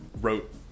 wrote